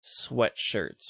sweatshirts